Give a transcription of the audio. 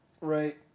right